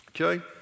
Okay